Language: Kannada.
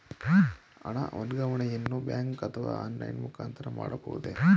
ಹಣ ವರ್ಗಾವಣೆಯನ್ನು ಬ್ಯಾಂಕ್ ಅಥವಾ ಆನ್ಲೈನ್ ಮುಖಾಂತರ ಮಾಡಬಹುದೇ?